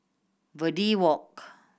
Verde Walk